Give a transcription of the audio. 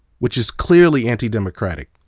which is clearly anti-democratic.